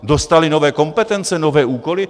Dostali nové kompetence, nové úkoly?